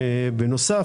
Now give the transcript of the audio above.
בנוסף,